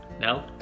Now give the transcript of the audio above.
No